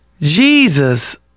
Jesus